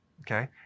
okay